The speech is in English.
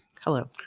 Hello